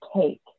cake